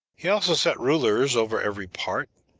he also set rulers over every part,